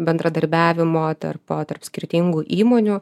bendradarbiavimo tarp tarp skirtingų įmonių